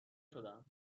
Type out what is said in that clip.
شدم